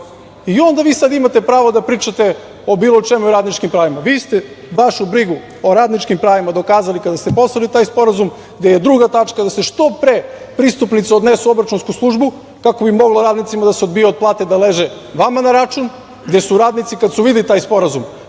I onda vi sad imate pravo da pričate o bilo čemu i radničkim pravima. Vi ste vašu brigu o radničkim pravima dokazali kada ste poslali taj sporazum, gde je druga tačka da se što pred pristupnice odnesu u obračunsku službu kako bi moglo radnicima da se odbije od plate, da leže vama na račun, gde su radnici, kada su videli taj sporazum